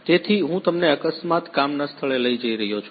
તેથી હું તમને અકસ્માત કામના સ્થળે લઈ જઈ રહ્યો છું